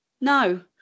No